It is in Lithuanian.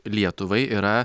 lietuvai yra